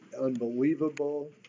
unbelievable